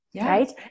Right